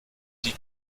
die